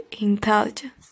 intelligence